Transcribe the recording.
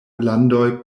landoj